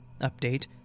Update